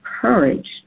courage